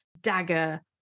dagger